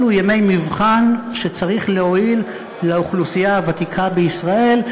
אלו ימי מבחן שצריך להועיל לאוכלוסייה הוותיקה בישראל,